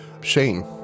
Shane